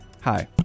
Hi